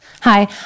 Hi